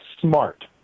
smart